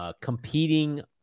Competing